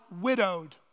widowed